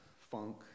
funk